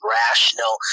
rational